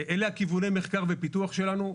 אלה כיווני המחקר והפיתוח שלנו.